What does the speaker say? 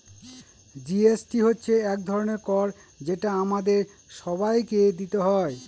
GST হচ্ছে এক ধরনের কর যেটা আমাদের সবাইকে দিতে হয়